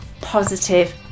positive